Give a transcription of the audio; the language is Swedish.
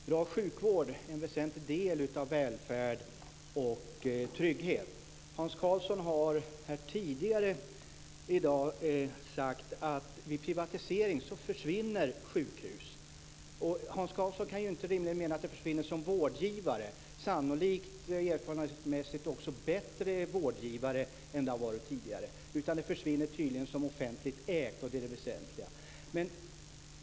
Herr talman! Bra sjukvård är en väsentlig del av välfärd och trygghet. Hans Karlsson har tidigare i dag sagt att vid privatisering försvinner sjukhus. Hans Karlsson kan rimligen inte mena att de försvinner som vårdgivare. Sannolikt, och erfarenhetsmässigt, är de bättre vårdgivare än de har varit tidigare. De försvinner tydligen som offentligt ägda, och det är det väsentliga.